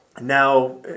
now